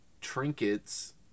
trinkets